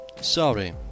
Sorry